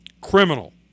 Criminal